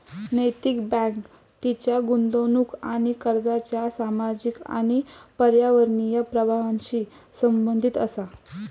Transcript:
नैतिक बँक तिच्या गुंतवणूक आणि कर्जाच्या सामाजिक आणि पर्यावरणीय प्रभावांशी संबंधित असा